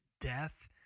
death